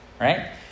Right